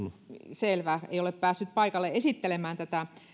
selvä ei ole päässyt paikalle esittelemään tätä